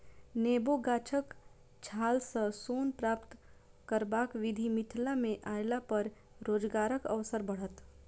नेबो गाछक छाल सॅ सोन प्राप्त करबाक विधि मिथिला मे अयलापर रोजगारक अवसर बढ़त